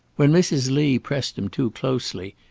when mrs. lee pressed him too closely,